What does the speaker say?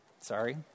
sorry